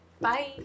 Bye